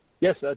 Yes